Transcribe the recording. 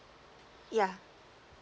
yeah